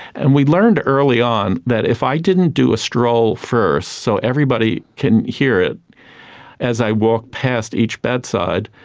and we learned early on that if i didn't do a stroll first so everybody can hear it as i walk past each bedside,